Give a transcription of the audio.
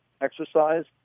exercise